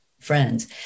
friends